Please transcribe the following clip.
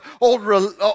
old